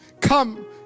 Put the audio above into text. come